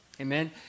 amen